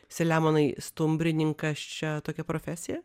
selemonai stumbrininkas čia tokia profesija